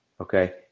Okay